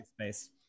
space